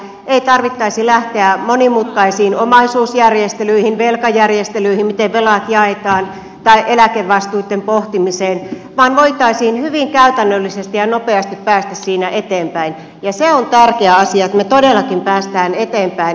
ei tarvitsisi lähteä monimutkaisiin omaisuusjärjestelyihin velkajärjestelyihin miten velat jaetaan tai eläkevastuitten pohtimiseen vaan voitaisiin hyvin käytännöllisesti ja nopeasti päästä siinä eteenpäin ja se on tärkeä asia että me todellakin pääsemme eteenpäin